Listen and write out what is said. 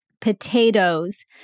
potatoes